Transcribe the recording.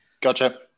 Gotcha